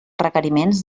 requeriments